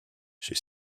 she